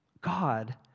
God